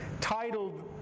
titled